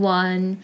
one